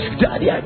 daddy